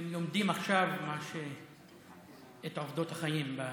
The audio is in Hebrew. הם לומדים את עובדות החיים בכנסת.